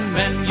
men